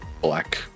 black